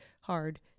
hard